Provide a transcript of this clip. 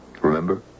Remember